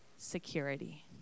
security